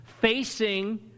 facing